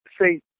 say